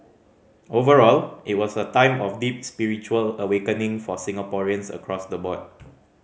overall it was a time of deep spiritual awakening for Singaporeans across the board